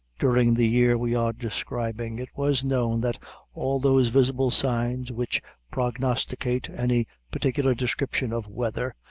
during the year we are describing, it was known that all those visible signs which prognosticate any particular description of weather,